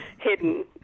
hidden